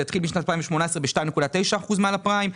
זה התחיל בשנת 2018 ב-2.9% מעל הפריים,